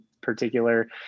particular